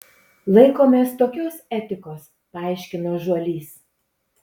laikomės tokios etikos paaiškino žuolys